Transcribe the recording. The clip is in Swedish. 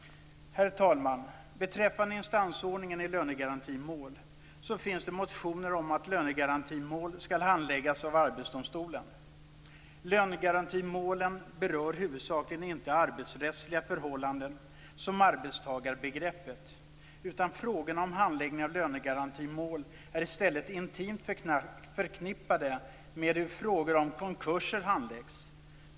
Herr talman! Beträffande instansordningen i lönegarantimål finns det motioner om att lönegarantimål skall handläggas av Arbetsdomstolen. Lönegarantimålen berör huvudsakligen inte arbetsrättsliga förhållanden som arbetstagarbegreppet. Frågorna om handläggning av lönegarantimål är i stället intimt förknippade med hur frågor om konkurser handläggs.